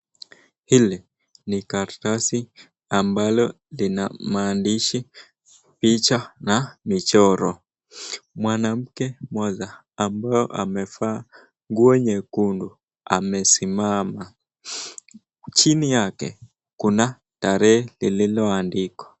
Hili ni karatasi ambalo lina maandishi, picha na michoro. Mwanamke mmoja ambao amevaa nguo nyekundu amesimama. Chini yake kuna tarehe lililoandikwa.